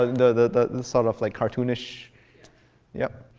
the sort of like cartoonish yeah.